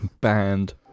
banned